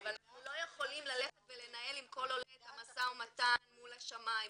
אבל אנחנו לא יכולים ללכת ולנהל עם כל עולה את המשא ומתן מול השמאי,